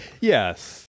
yes